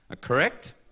Correct